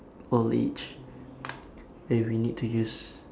old age where we need to use